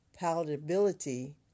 palatability